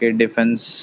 defense